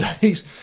days